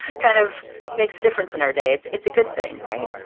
kind of makes a difference in our day. it's it's a good thing, right?